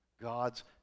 God's